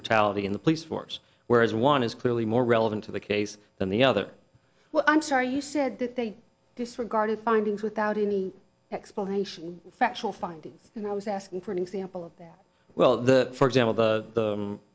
brutality in the police force where as one is clearly more relevant to the case than the other well i'm sorry you said that they disregarded findings without any explanation factual findings and i was asking for an example of well the for example the